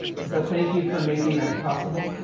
so thank you for making that possible.